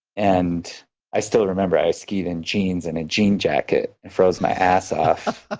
and i still remember i skied in jeans and a jean jacket, and froze my ass off, ah